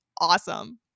awesome